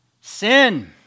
sin